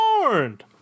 warned